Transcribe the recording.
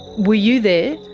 were you there?